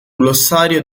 glossario